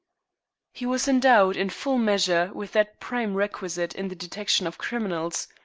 he was endowed in full measure with that prime requisite in the detection of criminals,